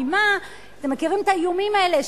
אתם מכירים את האיומים האלה,